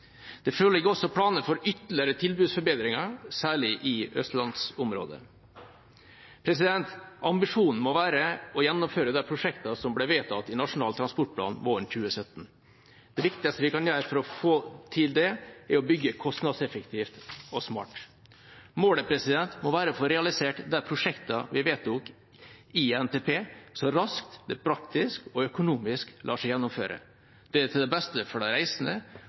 Det foreligger også planer for ytterligere tilbudsforbedringer, særlig i Østlands-området. Ambisjonen må være å gjennomføre de prosjektene som ble vedtatt i Nasjonal transportplan våren 2017. Det viktigste vi kan gjøre for å få til det, er å bygge kostnadseffektivt og smart. Målet må være å få realisert de prosjektene vi vedtok i NTP, så raskt det praktisk og økonomisk lar seg gjennomføre – til beste for de reisende